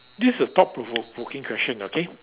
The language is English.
this a thought provoking question okay